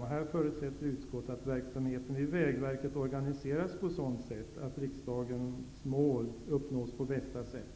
Utskottet förutsätter att verksamheten vid Vägverket organiseras på sådant sätt att riksdagens mål uppnås på bästa sätt.